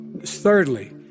thirdly